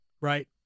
Right